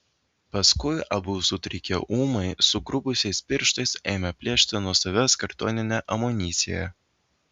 paskui abu sutrikę ūmai sugrubusiais pirštais ėmė plėšti nuo savęs kartoninę amuniciją